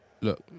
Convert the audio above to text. Look